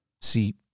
See